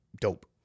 Dope